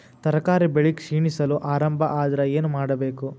ತರಕಾರಿ ಬೆಳಿ ಕ್ಷೀಣಿಸಲು ಆರಂಭ ಆದ್ರ ಏನ ಮಾಡಬೇಕು?